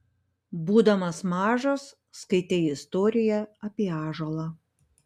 būdamas mažas skaitei istoriją apie ąžuolą